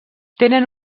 tenen